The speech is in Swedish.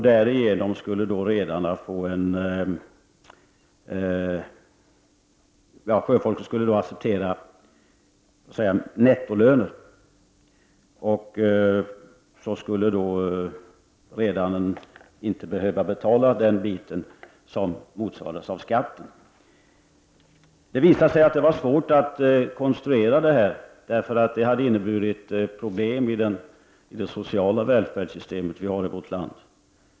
Därigenom skulle sjöfolket acceptera nettolönen och redaren skulle inte behöva betala den del som motsvarades av skatten. Det visade sig att det var svårt att konstruera detta, eftersom det hade inneburit problem i det sociala välfärdssystem som vi har i vårt land.